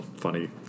Funny